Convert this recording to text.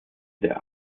der